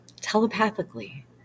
telepathically